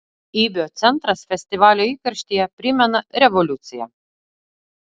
ibio centras festivalio įkarštyje primena revoliuciją